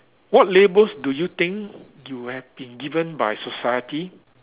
what labels do you think you have been given by society